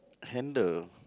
handle